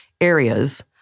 areas